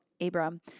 Abram